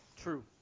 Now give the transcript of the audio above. True